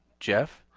geoff?